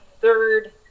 third